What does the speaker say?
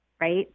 right